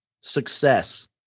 success